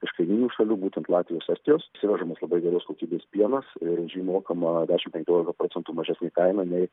iš kaimyninių šalių būtent latvijos estijos įsivežamas labai geros kokybės pienas ir už jį mokama dešimt penkiolika procentų mažesnė kaina nei